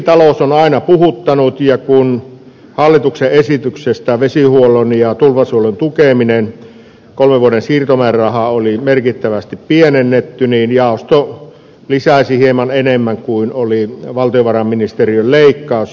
vesitalous on aina puhuttanut ja kun hallituksen esityksestä vesihuollon ja tulvasuojelun tukemisesta kolmen vuoden siirtomäärärahaa oli merkittävästi pienennetty niin jaosto lisäsi hieman enemmän kuin oli valtiovarainministeriön leikkaus